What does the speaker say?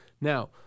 now